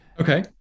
okay